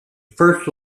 first